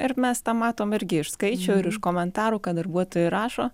ir mes tą matom irgi iš skaičių ir iš komentarų ką darbuotojai rašo